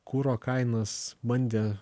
kuro kainas bandė